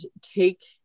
take